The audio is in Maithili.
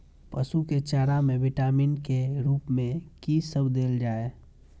पशु के चारा में विटामिन के रूप में कि सब देल जा?